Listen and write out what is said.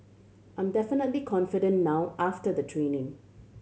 I'm definitely confident now after the training